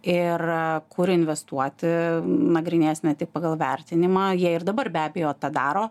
ir kur investuoti nagrinės ne tik pagal vertinimą jie ir dabar be abejo tą daro